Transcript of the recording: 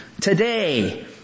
Today